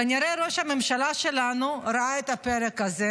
כנראה ראש הממשלה שלנו ראה את הפרק הזה,